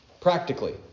practically